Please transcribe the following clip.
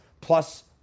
plus